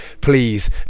please